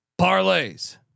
parlays